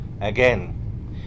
Again